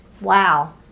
Wow